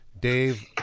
Dave